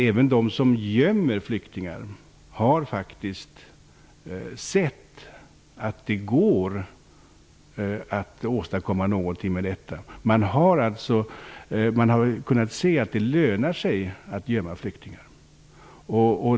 Även de som gömmer flyktingar har sett att det går att åstadkomma något med detta. Man har kunnat se att det lönar sig att gömma flyktingar.